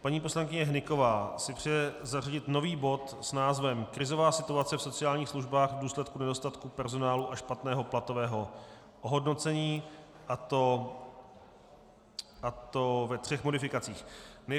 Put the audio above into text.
Paní poslankyně Hnyková si přeje zařadit nový bod s názvem Krizová situace v sociálních službách v důsledku nedostatku personálu a špatného platového ohodnocení, a to ve třech modifikacích.